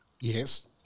Yes